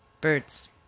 birds